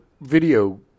video